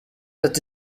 ati